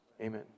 Amen